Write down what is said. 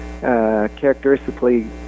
characteristically